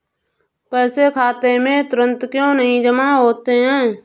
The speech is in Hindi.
पैसे खाते में तुरंत क्यो नहीं जमा होते हैं?